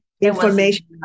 information